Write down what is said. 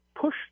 push